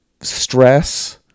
stress